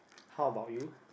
how about you